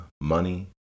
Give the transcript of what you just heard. money